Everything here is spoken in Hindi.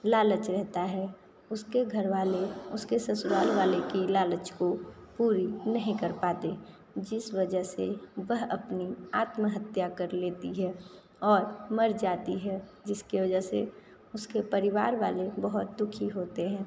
लालच रहता है उसके घर वाले उसके ससुराल वालों की लालच को पूरी नहीं कर पाते जिस वजह से वह अपनी आत्महत्या कर लेती है और मर जाती है जिसकी वजह से उसके परिवार वाले बहुत दुखी होते हैं